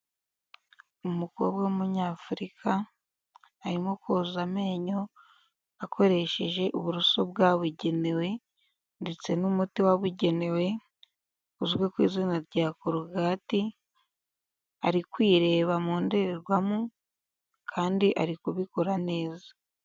Umukobwa w'Umunyafurika, arimo koza amenyo, akoresheje uburoso bwabugenewe ndetse n'umuti wabugenewe, uzwi ku izina rya korogati, ari kwireba mu ndorerwamo, kandi ari kubikora neza.